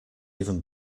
even